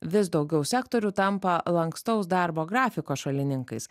vis daugiau sektorių tampa lankstaus darbo grafiko šalininkais